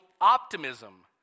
optimism